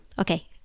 Okay